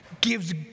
gives